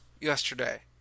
yesterday